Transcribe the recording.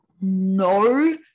no